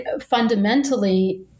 fundamentally